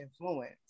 influence